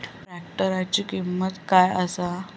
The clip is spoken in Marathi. ट्रॅक्टराची किंमत काय आसा?